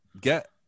Get